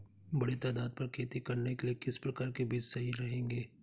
बड़े तादाद पर खेती करने के लिए किस प्रकार के बीज सही रहेंगे?